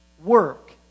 work